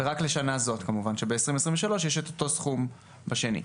לשנה זו כמובן, שב-2023 יש את אותו סכום בשני.